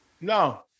No